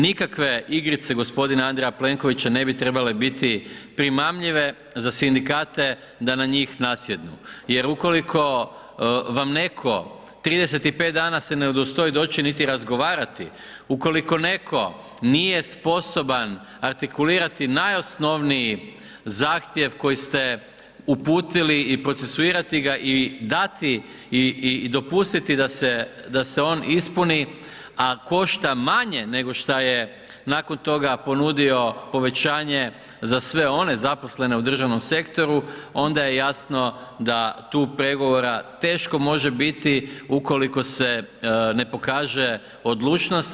Nikakve igrice gospodina Andreja Plenkovića ne bi trebale biti primamljive za sindikate da na njih nasjednu jer ukoliko vam neko 35 dana se ne udostoji doći niti razgovarati, ukoliko neko nije sposoban artikulirati najosnovniji zahtjev koji ste uputili i procesuirati ga i dati i dopustiti da se on ispuni, a košta manje nego šta je nakon toga ponudio povećanje za sve one zaposlene u državnom sektoru onda je jasno da tu pregovora teško može biti ukoliko se ne pokaže odlučnost.